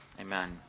Amen